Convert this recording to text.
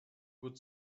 would